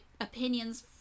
opinions